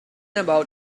about